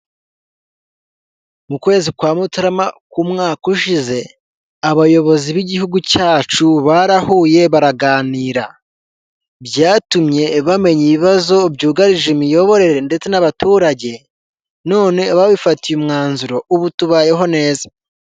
Mu kwezi kwa mutarama k'umwaka ushize abayobozi b'igihugu cyacu barahuye baraganira, byatumye bamenya ibibazo byugarije imiyoborere ndetse n'abaturage none babifatiye umwanzuro, ubu tubayeho neza.